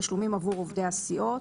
תשלומים עבור עובדי הסיעות: